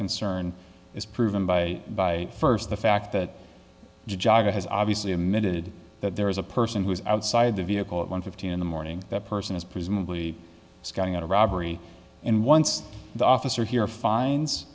concern is proven by by first the fact that jogger has obviously emitted that there is a person who is outside the vehicle at one fifteen in the morning that person is presumably scouting out a robbery and once the officer here finds